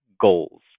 goals